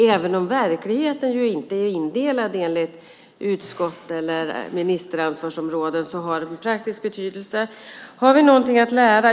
Även om verkligheten inte är indelad enligt utskott eller ministrars ansvarsområden har det en praktisk betydelse. Har vi någonting att lära?